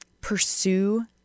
pursue